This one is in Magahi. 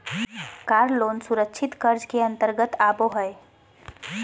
कार लोन सुरक्षित कर्ज के अंतर्गत आबो हय